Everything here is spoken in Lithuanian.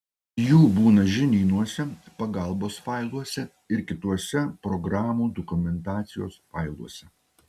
jų būna žinynuose pagalbos failuose ir kituose programų dokumentacijos failuose